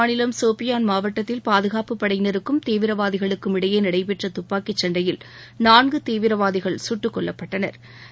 மாநிலம் சோஃபியான் மாவட்டத்தில் பாதுகாப்புப்படையினருக்கும் ஜம்மு காஷ்மீர் தீவிரவாதிகளுக்குமிடையே நடைபெற்ற துப்பாக்கி சண்டையில் நான்கு தீவிரவாதிகள் சுட்டுக்கொல்லப்பட்டனா்